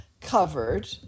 covered